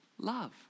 Love